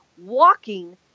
walking